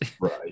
Right